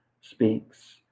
speaks